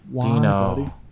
Dino